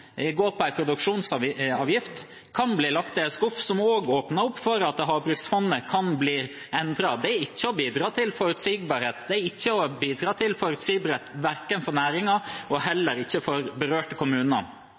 går på produksjonsavgift, kan bli lagt i en skuff, og det åpner også opp for at Havbruksfondet kan bli endret. Det er ikke å bidra til forutsigbarhet verken for